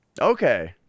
Okay